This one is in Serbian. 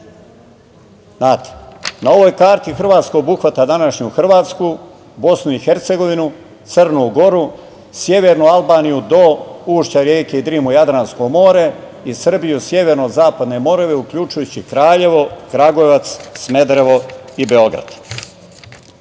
na ovoj karti Hrvatska obuhvata današnju Hrvatsku, Bosnu i Hercegovinu, Crnu Goru, Severnu Albaniju do ušća reke Drim u Jadransko more i Srbiju severno od zapadne Morave uključujući Kraljevo, Kragujevac, Smederevo i Beograd. Kada